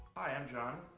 i'm jon.